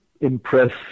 impress